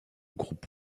groupe